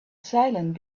silent